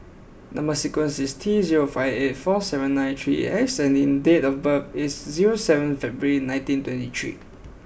number sequence is T zero five eight four seven nine three X and date of birth is zero seven February nineteen twenty three